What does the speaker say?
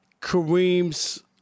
Kareem's